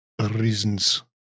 reasons